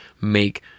make